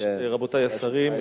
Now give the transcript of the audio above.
רבותי השרים,